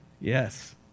Yes